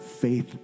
faith